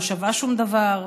לא שווה שום דבר,